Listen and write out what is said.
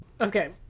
Okay